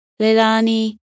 Lilani